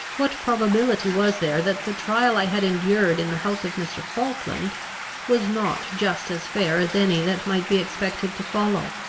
what probability was there that the trial i had endured in the house of mr. falkland was not just as fair as any that might be expected to follow?